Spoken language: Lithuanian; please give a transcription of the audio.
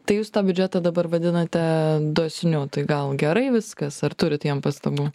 tai jūs tą biudžetą dabar vadinate dosniu tai gal gerai viskas ar turit jam pastabų